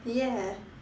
ya